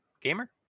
Gamer